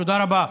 תודה רבה.